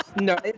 No